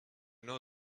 know